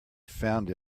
found